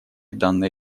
данной